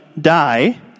die